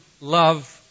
love